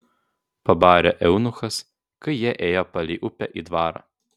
pabarė eunuchas kai jie ėjo palei upę į dvarą